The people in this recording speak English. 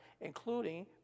including